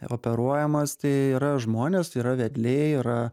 operuojamas tai yra žmonės tai yra vedliai yra